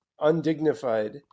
undignified